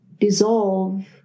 dissolve